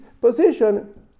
position